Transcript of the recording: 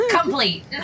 Complete